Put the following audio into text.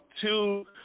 Two